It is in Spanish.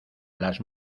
las